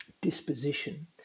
disposition